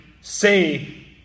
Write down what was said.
say